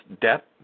Debt